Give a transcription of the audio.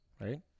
right